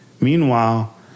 Meanwhile